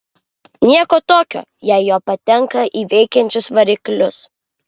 nieko tokio jei jo patenka į veikiančius variklius